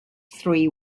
three